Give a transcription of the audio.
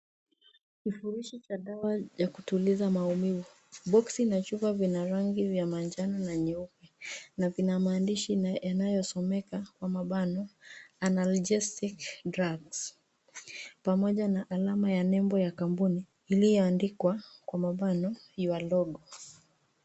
Kifurushi cha dawa ya kutuliza maumivu; boksi na chupa venye rangi ya manjano na nyeupe na vina maandishi yanayosomeka kwa mabano analgesic drugs pamoja na alama ya nembo ya kampuni iliyoandikwa kwa mabano your logo .